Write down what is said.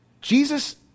Jesus